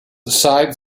side